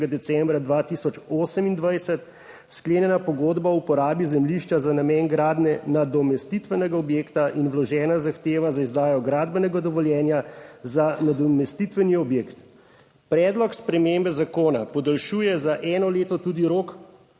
decembra 2028 sklenjena pogodba o uporabi zemljišča za namen gradnje nadomestitvenega objekta in vložena zahteva za izdajo gradbenega dovoljenja za nadomestitveni objekt. Predlog spremembe zakona podaljšuje za eno leto. Tudi rok